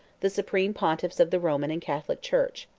the supreme pontiffs of the roman and catholic church.